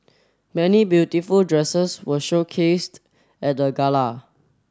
many beautiful dresses were showcased at the gala